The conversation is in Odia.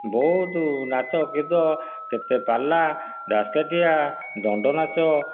ବହୁତ ନାଚ ଗୀତ କେତେ ପାଲା ଦାସକାଟିଆ ଦଣ୍ଡନାଚ